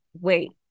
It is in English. wait